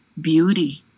beauty